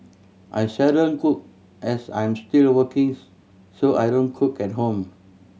I seldom cook as I'm still working so I don't cook at home